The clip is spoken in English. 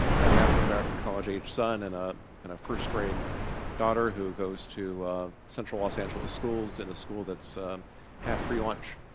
i have an african-american college-age son and ah a first grade daughter who goes to central los angeles schools, in a school that's half free lunch.